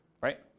right